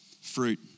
fruit